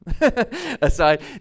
aside